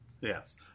Yes